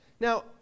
Now